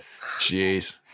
Jeez